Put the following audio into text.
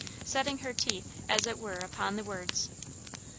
setting her teeth as it were upon the words.